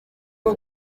uwo